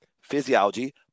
physiology